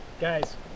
guys